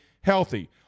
healthy